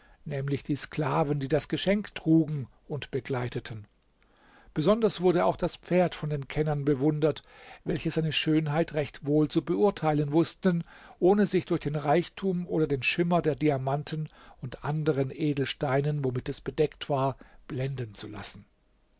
nämlich die sklaven die das geschenk trugen und begleiteten besonders wurde auch das pferd von den kennern bewundert welche seine schönheit recht wohl zu beurteilen wußten ohne sich durch den reichtum oder den schimmer der diamanten und anderen edelsteine womit es bedeckt war blenden zu lassen